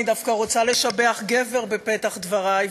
אני דווקא רוצה לשבח גבר בפתח דברי,